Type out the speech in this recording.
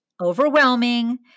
overwhelming